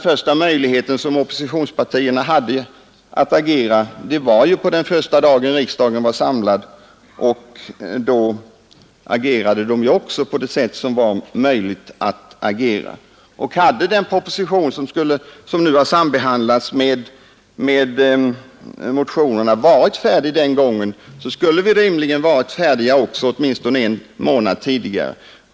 Första gången som oppositionspartierna hade möjligheterna att agera var ju den första dagen som riksdagen var samlad, och då agerade vi också på det sätt som var möjligt. Men om den proposition som nu har sambehandlats med motionerna hade legat färdig den gången, så skulle vi rimligen också ha varit färdiga åtminstone en månad tidigare.